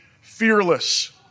fearless